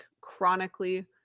chronically